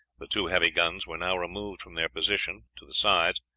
the two heavy guns were now removed from their position to the sides,